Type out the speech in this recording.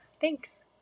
Thanks